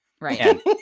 Right